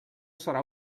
serà